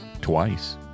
twice